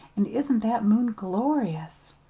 and isn't that moon glorious?